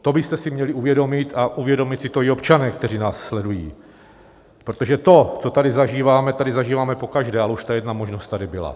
To byste si měli uvědomit a uvědomit si to i občané, kteří nás sledují, protože to, co tady zažíváme, tady zažíváme pokaždé a už ta jedna možnost tady byla.